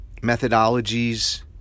methodologies